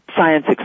science